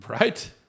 Right